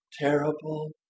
terrible